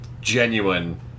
genuine